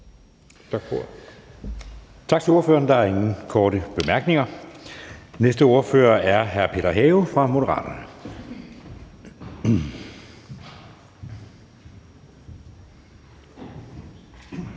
Søe): Tak til ordføreren. Der er ingen korte bemærkninger. Næste ordfører er hr. Peter Have fra Moderaterne.